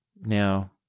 Now